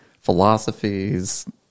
philosophies